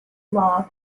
law